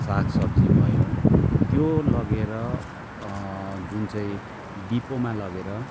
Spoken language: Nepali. साग सब्जी भयो त्यो लगेर जुन चाहिँ डिपोमा लगेर